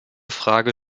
frage